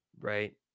right